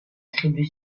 tribu